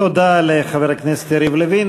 תודה לחבר הכנסת יריב לוין.